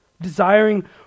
Desiring